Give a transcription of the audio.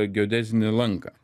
geodezinį lanką